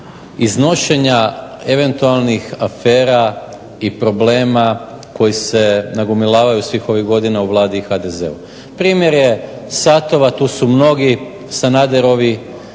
iznošenja eventualnih afera i problema koji se nagomilavaju svih ovih godina u Vladi i HDZ. Primjer je satova, tu su mnogi Sanaderovi,